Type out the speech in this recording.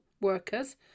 workers